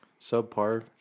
subpar